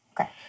Okay